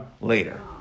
later